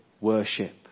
worship